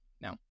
Now